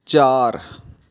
ਚਾਰ